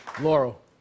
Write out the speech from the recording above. Laurel